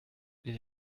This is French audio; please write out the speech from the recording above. les